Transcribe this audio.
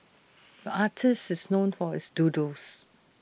artist is known for his doodles